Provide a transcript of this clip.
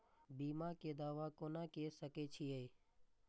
बीमा के दावा कोना के सके छिऐ?